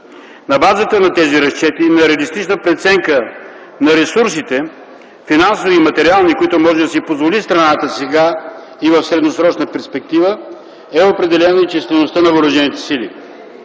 На базата на тези разчети и на реалистична преценка на ресурсите – финансови и материални, които може да си позволи страната сега и в средносрочна перспектива, е определена и числеността на въоръжените сили.